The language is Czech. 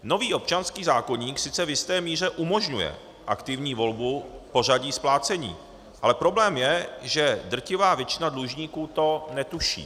Nový občanský zákoník sice v jisté míře umožňuje aktivní volbu v pořadí splácení, ale problém je, že drtivá většina dlužníků to netuší.